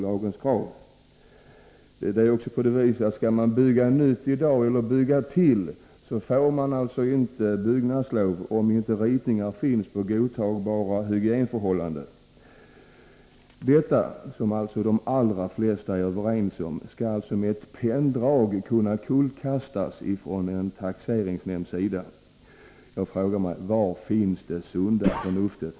Vidare är det i dag på det viset att man inte får byggnadslov när man skall bygga nytt eller bygga till, om inte ritningar föreligger när det gäller godtagbara hygienförhållanden. Dessa krav, som de allra flesta är överens om, skall alltså med ett penndrag kunna kullkastas av en taxeringsnämnd. Jag frågar: Var finns det sunda förnuftet?